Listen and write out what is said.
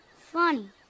Funny